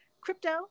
crypto